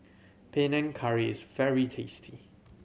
Panang Curry is very tasty